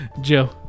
Joe